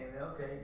okay